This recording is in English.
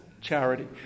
charity